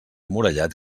murallat